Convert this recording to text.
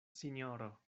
sinjoro